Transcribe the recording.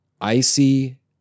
icy